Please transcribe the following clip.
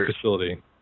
facility